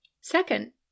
Second